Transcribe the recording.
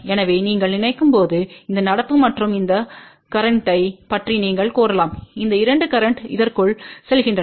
எனவே நீங்கள் நினைக்கும் பொது இந்த நடப்பு மற்றும் இந்த கரேன்ட்த்தைப் பற்றி நீங்கள் கூறலாம் இந்த 2 கரேன்ட் இதற்குள் செல்கின்றன